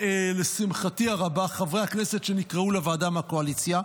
לשמחתי הרבה חברי הכנסת שנקראו לוועדה מהקואליציה,